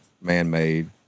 man-made